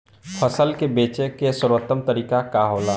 फसल के बेचे के सर्वोत्तम तरीका का होला?